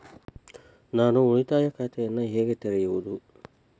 ನಾನು ಉಳಿತಾಯ ಖಾತೆಯನ್ನು ಹೇಗೆ ತೆರೆಯುವುದು?